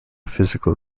physical